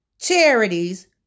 charities